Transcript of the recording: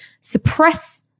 suppress